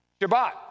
Shabbat